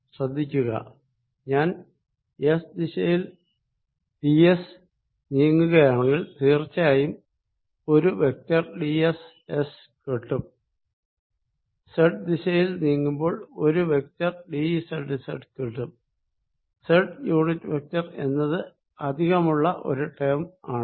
ശ്രദ്ധിക്കുക ഞാൻ എസ് ദിശയിൽ ഡി എസ് നീങ്ങുകയാണെങ്കിൽ തീർച്ചയായും ഒരു വെക്ടർ ഡിഎസ് എസ് കിട്ടും സെഡ് ദിശയിൽ നീങ്ങുമ്പോൾ ഒരു വെക്ടർ ഡിസെഡ് സെഡ് കിട്ടും സെഡ് യൂണിറ്റ് വെക്ടർ എന്നത് അധികമുള്ള ഒരു ടേം ആണ്